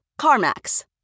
CarMax